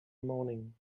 morning